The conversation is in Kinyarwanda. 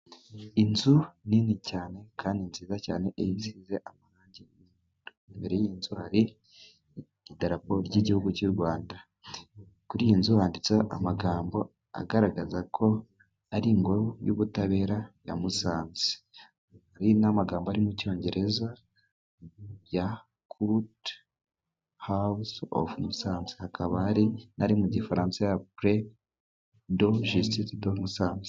Inzu nini cyane kandi nziza cyane, isize amarangi. Imbere y’inzu hari ibendera ry’igihugu cy’u Rwanda. Kuri iyi nzu handitseho amagambo agaragaza ko ari Ingoro y’Ubutabera ya Musanze. Hari n’amagambo ari mu Cyongereza: Ya kute Hawuze ofu Musanze, hakaba ari na yo mu Gifaransa: Pure de Jisitise de Musanze.